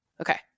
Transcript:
Okay